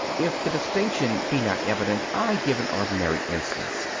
if the distinction be not evident, i give an ordinary instance.